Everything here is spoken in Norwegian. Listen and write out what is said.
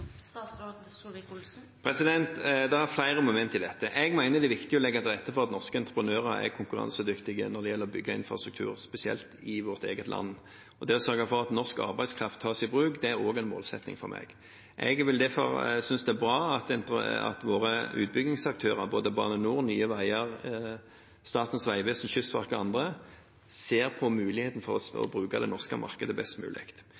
er flere momenter i dette. Jeg mener det er viktig å legge til rette for at norske entreprenører er konkurransedyktige når det gjelder å bygge infrastruktur, spesielt i vårt eget land, og det å sørge for at norsk arbeidskraft tas i bruk er også en målsetting for meg. Jeg synes det er bra at våre utbyggingsaktører, både Bane NOR, Nye Veier, Statens vegvesen, Kystverket og andre, ser på muligheten for å bruke det norske markedet best mulig.